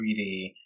3D